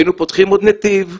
היינו פותחים עוד נתיב,